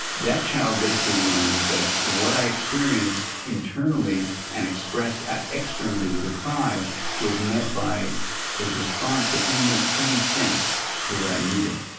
that child basically learns that what i experienced internally and expressed ah externally with a cry was met by a response that didn't make any sense to what i needed.